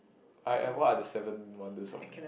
I uh what are the seven wonders of